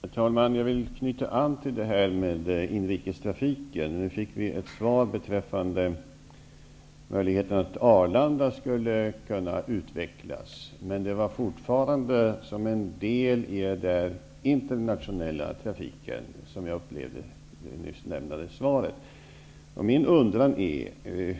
Herr talman! Jag vill knyta an till inrikestrafiken. Nu fick vi ett svar beträffande möjligheterna att Arlanda skulle kunna utvecklas. Men jag uppfattade det nyssnämnda svaret som att det fortfarande skulle vara som en del i den internationella trafiken.